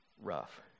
rough